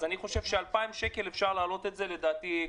אני חושב שאפשר להעלות את זה ל-2,000 שקלים,